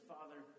Father